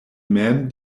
mem